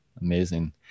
Amazing